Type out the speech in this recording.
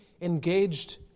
engaged